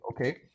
okay